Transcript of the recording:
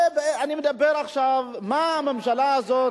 אני מדבר עכשיו מה הממשלה הזאת,